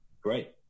great